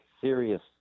serious